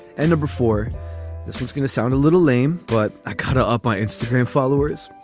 and the before this was going to sound a little lame but i cut up my instagram followers.